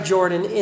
Jordan